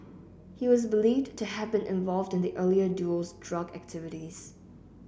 he was believed to have been involved in the earlier duo's drug activities